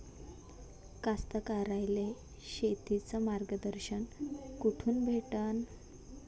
कास्तकाराइले शेतीचं मार्गदर्शन कुठून भेटन?